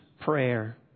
prayer